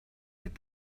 with